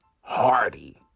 Hardy